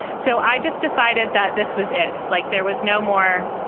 so i just decided that this was it. like there was no more,